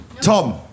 Tom